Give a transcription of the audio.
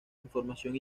información